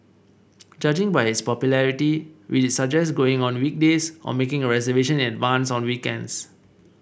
judging by its popularity we'd suggest going on weekdays or making a reservation in advance on weekends